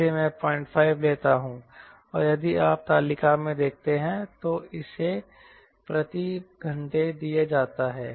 इसलिए मैं 05 लेता हूं और यदि आप तालिका में देखते हैं तो इसे प्रति घंटे दिया जाता है